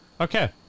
Okay